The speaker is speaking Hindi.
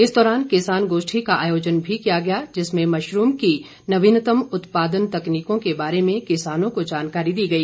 इस दौरान किसान गोष्ठी का आयोजन भी किया गया जिसमें मशरूम की नवीनतम उत्पादन तकनीकों के बारे में किसानों को जानकारी दी गई